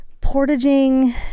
portaging